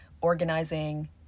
organizing